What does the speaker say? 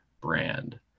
brand